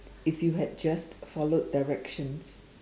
if you had just followed directions